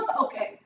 Okay